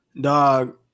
Dog